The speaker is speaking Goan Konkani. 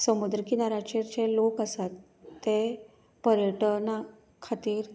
समूद्र किनाऱ्याचेर जे लोक आसात ते पर्यटना खातीर